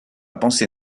pensée